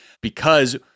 because-